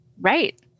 Right